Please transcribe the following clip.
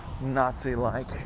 Nazi-like